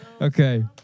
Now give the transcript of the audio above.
Okay